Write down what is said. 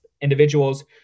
individuals